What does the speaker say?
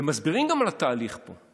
ומסבירים גם על התהליך פה.